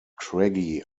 craggy